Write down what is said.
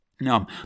No